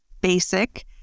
basic